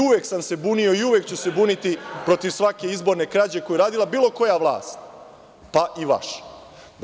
Uvek sam se bunio i uvek ću se buniti protiv svake izborne krađe koju je uradila bilo koja vlast, pa i vaša.